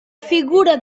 figura